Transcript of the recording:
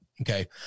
Okay